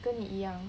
跟你一样